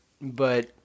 but-